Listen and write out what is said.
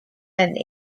and